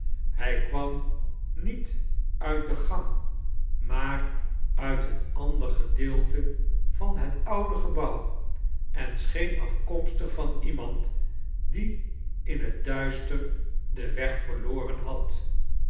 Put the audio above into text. hi kwam niet uit de gang maar uit een ander gedeelte van het oude gebouw en scheen afkomstig van iemand die in het duister den weg verloren had